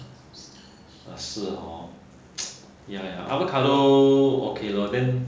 ah 是 hor ya ya avocado okay lor then